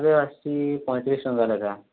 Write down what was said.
ଏବେ ଆସୁଛି ପଞ୍ଚତିରିଶ ଟଙ୍କା ଲେଖା